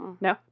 No